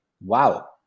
wow